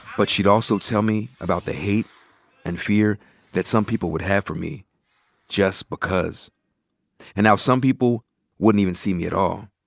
but she'd also tell me about the hate and fear that some people would have for me just because and how some people wouldn't even see me at all.